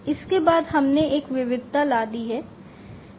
इसके बाद हमने एक विविधता ला दी है